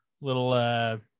little